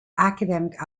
academic